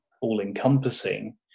all-encompassing